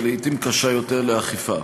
ולעיתים קשה יותר לאכיפה.